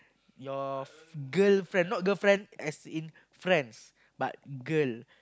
your girl friend not girl friend as in friends but girl